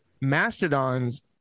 Mastodon's